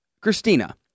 Christina